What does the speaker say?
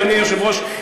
אדוני היושב-ראש,